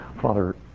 Father